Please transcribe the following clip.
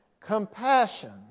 Compassion